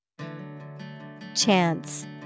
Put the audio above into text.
Chance